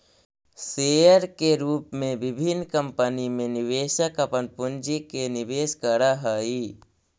share के रूप में विभिन्न कंपनी में निवेशक अपन पूंजी के निवेश करऽ हइ